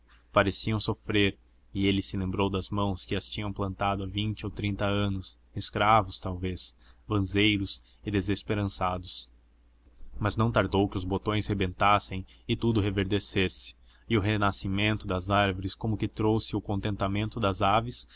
parecia sofrer e ele se lembrou das mãos que as tinham plantado há vinte ou trinta anos escravos talvez banzeiros e desesperançados mas não tardou que os botões rebentassem e tudo reverdecesse e o renascimento das árvores como que trouxe o contentamento das aves